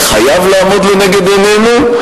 וחייב לעמוד לנגד עינינו,